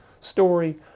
story